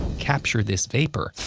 capture this vapor,